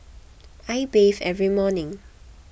I bathe every morning